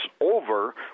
over